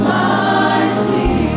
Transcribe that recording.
mighty